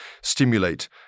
stimulate